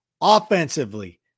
offensively